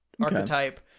archetype